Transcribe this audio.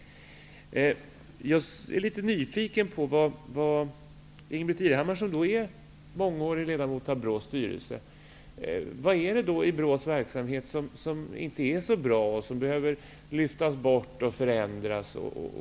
Jag är litet nyfiken på om Ingbritt Irhammar, som är mångårig ledamot av BRÅ:s styrelse, kan tala om vad det är i BRÅ:s verksamhet som inte är så bra. Vad är det som behöver lyftas bort och förändras?